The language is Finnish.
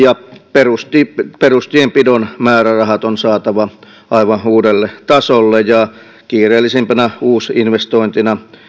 perustienpidon perustienpidon määrärahat on saatava aivan uudelle tasolle ja kiireellisimpänä uusinvestointina